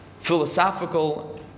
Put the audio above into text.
philosophical